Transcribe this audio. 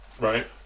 Right